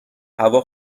هوا